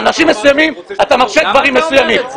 לאנשים מסוימים, אתה מרשה דברים מסוימים.